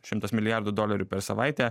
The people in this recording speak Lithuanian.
šimtas milijardų dolerių per savaitę